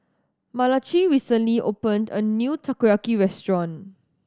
Malachi recently opened a new Takoyaki restaurant